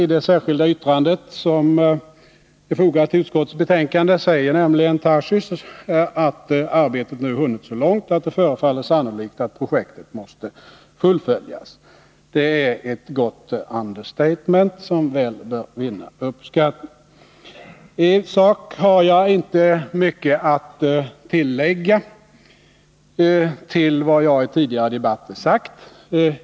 I det särskilda yttrande som han har fogat till utskottets betänkande säger nämligen Daniel Tarschys att arbetet nu hunnit så långt att det förefaller sannolikt att projektet måste fullföljas. Det är ett gott understatement, som väl bör vinna uppskattning. Isak har jag inte mycket att tillägga till vad jag i tidigare debatter sagt.